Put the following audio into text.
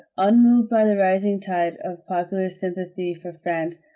unmoved by the rising tide of popular sympathy for france,